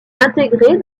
intégrer